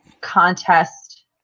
contest